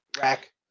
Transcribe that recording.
Rack